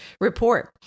report